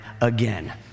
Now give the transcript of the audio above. again